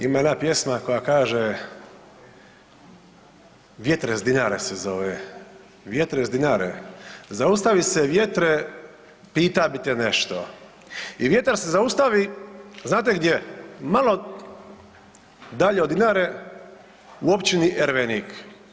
Ima jedna pjesma koja kaže „Vjetre s Dinare“ se zove, Vjetre s Dinare, „Zaustavi se vjetre pita bi te nešto“ i vjetar se zaustavi znate gdje, malo dalje od Dinare u Općini Ervenik.